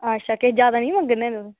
अच्छा किश जादै निं करा दे न तुस